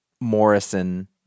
Morrison